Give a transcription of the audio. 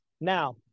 Now